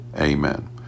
amen